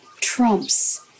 trumps